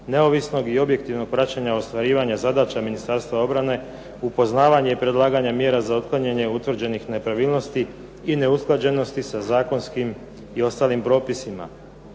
neovisnog i objektivnog praćenja ostvarivanja zadaća Ministarstva obrane, upoznavanje i predlaganje mjera za otklanjanje utvrđenih nepravilnosti i neusklađenosti sa zakonskim i ostalim propisima.